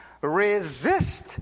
Resist